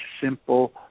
simple